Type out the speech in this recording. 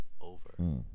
over